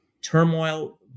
turmoil